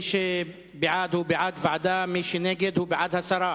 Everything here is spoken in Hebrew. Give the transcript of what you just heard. מי שבעד הוא בעד ועדה, מי שנגד הוא בעד הסרה.